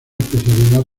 especialidad